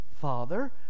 father